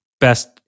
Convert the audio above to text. best